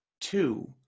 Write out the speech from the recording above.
Two